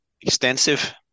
extensive